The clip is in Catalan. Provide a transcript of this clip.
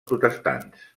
protestants